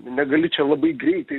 negali čia labai greitai